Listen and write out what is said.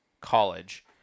college